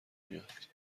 میاد